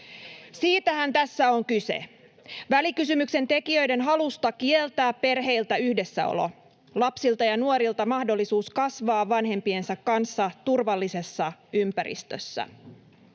Siitähän tässä on kyse. Välikysymyksen tekijöiden halusta kieltää perheiltä yhdessäolo, lapsilta ja nuorilta mahdollisuus kasvaa vanhempiensa kanssa turvallisessa ympäristössä.